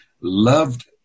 loved